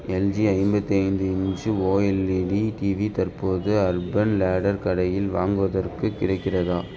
LG ஐம்பத்தி ஐந்து inch OLED TV தற்போது அர்பன் லேடர் கடையில் வாங்குவதற்கு கிடைக்கிறதா